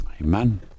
Amen